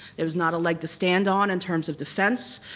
there was not a leg to stand on in terms of defense,